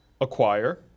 Acquire